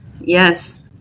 Yes